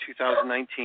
2019